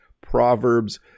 proverbs